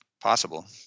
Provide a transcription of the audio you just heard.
possible